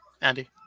Andy